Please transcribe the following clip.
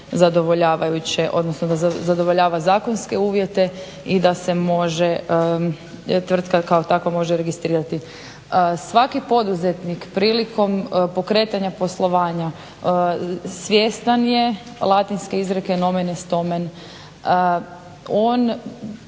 zadovoljava zakonske uvjete i da se može tvrtka kao takva može registrirati. Svaki poduzetnik prilikom pokretanja poslovanja svjestan je latinske izreke "Nomen est omen". On